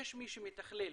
יש מישהו שמתכלל,